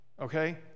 okay